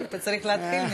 אתה צריך להתחיל מזה.